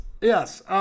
yes